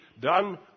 done